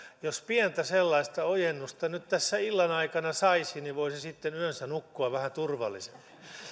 jos pientä sellaista ojennusta nyt tässä illan aikana saisi niin voisi sitten yönsä nukkua vähän turvallisemmin